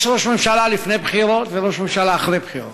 יש ראש ממשלה לפני בחירות וראש ממשלה אחרי בחירות.